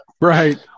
Right